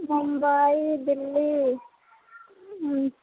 मुम्बइ दिल्ली हूँ